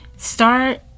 Start